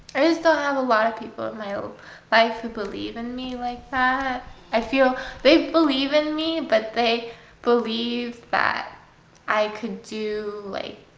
i just don't ah have a lot of people at my own life who believe in me like that i feel they believe in me, but they believe that i could do like